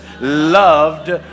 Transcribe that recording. loved